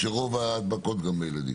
כשרוב ההדבקות הן גם בילדים.